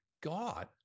God